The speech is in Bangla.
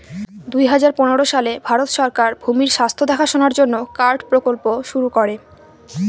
দুই হাজার পনেরো সালে ভারত সরকার ভূমির স্বাস্থ্য দেখাশোনার জন্য কার্ড প্রকল্প শুরু করে